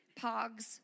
Pogs